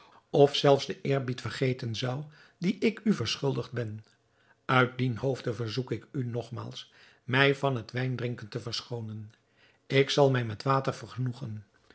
of zelfs den eerbied vergeten zou die ik u verschuldigd ben uit dien hoofde verzoek ik u nogmaals mij van het wijndrinken te verschoonen ik zal mij met water vergenoegen